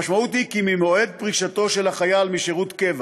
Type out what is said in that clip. המשמעות היא שממועד פרישתו של החייל משירות קבע